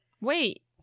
Wait